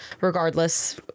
regardless